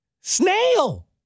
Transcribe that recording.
Snail